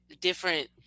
different